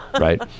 Right